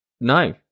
no